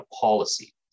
policy